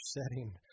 setting